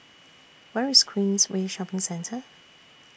Where IS Queensway Shopping Centre